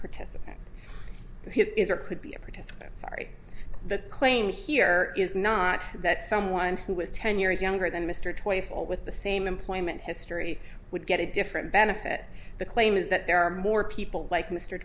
participant is or could be a participant sorry the claim here is not that someone who was ten years younger than mr twenty four with the same employment history would get a different benefit the claim is that there are more people like m